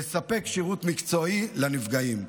לספק שירות מקצועי לנפגעים,